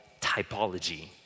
typology